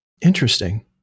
Interesting